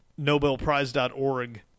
nobelprize.org